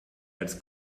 als